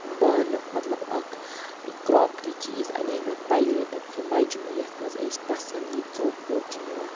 بانہٕ مطلب اَکھ کرٛاکری چیٖز اَنے مےٚ پَلیٹہٕ سُہ مجمہٕ یَتھ منٛز أسۍ پَژھٮ۪ن یہِ ژوٚٹ ووٚٹ چھِ نِوان